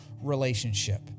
relationship